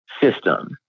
system